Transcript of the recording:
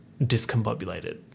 discombobulated